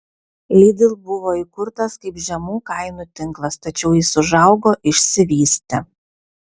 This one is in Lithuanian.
lidl buvo įkurtas kaip žemų kainų tinklas tačiau jis užaugo išsivystė